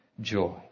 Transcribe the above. joy